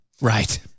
Right